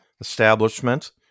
establishment